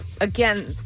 Again